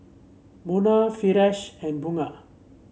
Munah Firash and Bunga